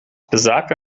besagt